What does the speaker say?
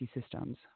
systems